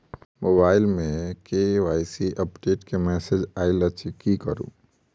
Mobile मे KYC update केँ message आइल अछि की करू?